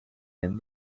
and